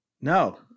No